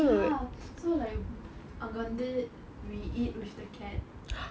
ya so like அங்க வந்து:anga vanthu we eat with the cat